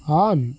on